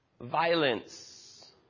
violence